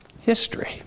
history